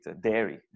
dairy